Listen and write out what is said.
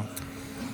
בבקשה.